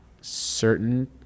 certain